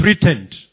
threatened